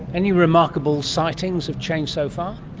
any remarkable sightings of change so far?